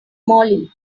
moly